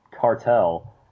Cartel